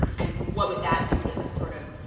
and what would that do to the sort of,